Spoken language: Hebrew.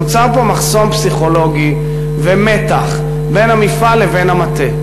נוצר פה מחסום פסיכולוגי ומתח בין המפעל לבין המטה,